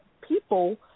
people